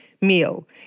meal